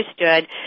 understood